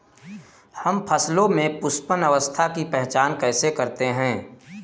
हम फसलों में पुष्पन अवस्था की पहचान कैसे करते हैं?